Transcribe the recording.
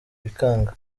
bikanga